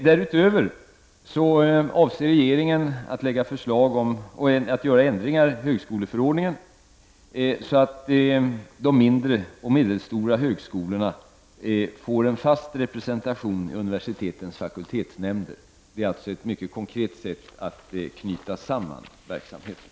Därutöver avser regeringen att lägga fram förslag om att göra ändringar i högskoleförordningen så, att de mindre och medelstora högskolorna får en fast representation vid universitetens fakultetsnämnder. Det är alltså ett mycket konkret sätt att knyta samman verksamheten.